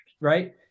Right